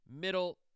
Middle